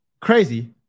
Crazy